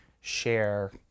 share